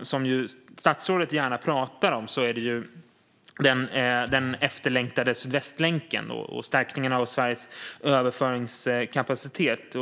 också statsrådet gärna pratar om, är den efterlängtade Sydvästlänken och stärkningen av Sveriges överföringskapacitet.